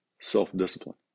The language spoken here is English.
self-discipline